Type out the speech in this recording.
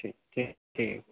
ठीक ठीक ठीक